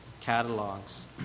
catalogs